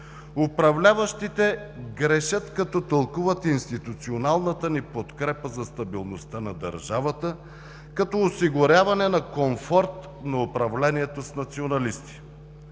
Управляващите грешат, като тълкуват институционалната ни подкрепа за стабилността на държавата като осигуряване на комфорт на управлението с националисти.